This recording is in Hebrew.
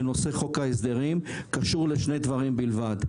בנושא חוק ההסדרים קשור לשני דברים בלבד: